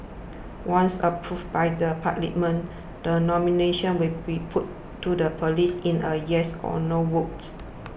once approved by Parliament the nomination will be put to the police in a yes or no vote